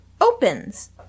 opens